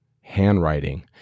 handwriting